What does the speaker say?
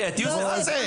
מה זה?